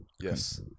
yes